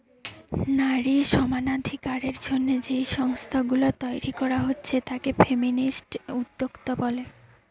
নারী সমানাধিকারের জন্যে যেই সংস্থা গুলা তইরি কোরা হচ্ছে তাকে ফেমিনিস্ট উদ্যোক্তা বলে